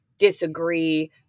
Disagree